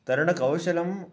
तरणकौशलम्